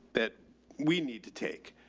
that we need to take.